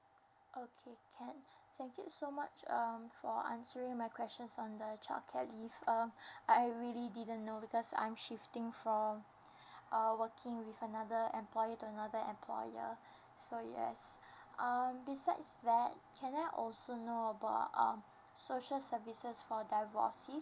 okay can thank you so much um for answering my questions on the childcare leave um I really didn't know because I'm shifting from uh working with another employee to another employee so yes um besides that can I also know about um social services for divorcees